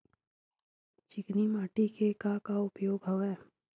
चिकनी माटी के का का उपयोग हवय?